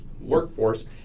workforce